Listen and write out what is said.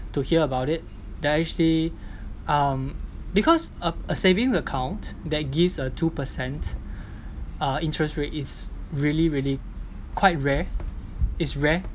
to hear about it they are actually um because a a savings account that gives a two percent uh interest rate is really really quite rare it's rare